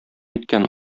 иткән